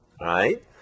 right